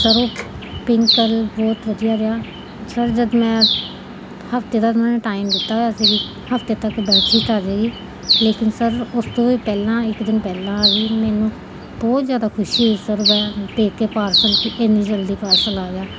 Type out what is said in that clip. sir ਉਹ pink colour ਬਹੁਤ ਵਧੀਆ ਰਿਹਾ ਸਰ ਜਦ ਮੈਂ ਹਫਤੇ ਦਾ ਉਹਨਾਂ ਨੇ ਟਾਈਮ ਦਿੱਤਾ ਹੋਇਆ ਸੀ ਕਿ ਹਫਤੇ ਤੱਕ ਬੈੱਡ ਸ਼ੀਟ ਆ ਜਾਏਗੀ ਲੇਕਿਨ ਸਰ ਉਸ ਤੋਂ ਵੀ ਪਹਿਲਾਂ ਇੱਕ ਦਿਨ ਪਹਿਲਾਂ ਆ ਗਈ ਮੈਨੂੰ ਬਹੁਤ ਜ਼ਿਆਦਾ ਖੁਸ਼ੀ ਹੋਈ ਸਰ ਮੈਂ ਦੇਖ ਕਿ ਪਾਰਸਲ ਕਿ ਇੰਨੀ ਜਲਦੀ ਪਾਰਸਲ ਆ ਗਿਆ